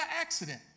accident